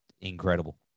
incredible